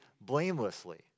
blamelessly